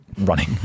running